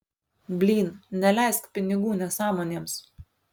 blyn neleisk pinigų nesąmonėms